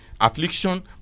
affliction